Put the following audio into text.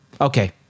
Okay